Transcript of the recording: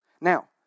Now